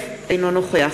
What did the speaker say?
הצבעת.